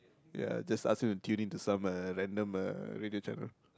ya just ask him to tune in to some uh random uh radio channel